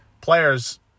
players